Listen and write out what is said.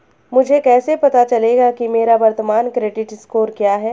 मुझे कैसे पता चलेगा कि मेरा वर्तमान क्रेडिट स्कोर क्या है?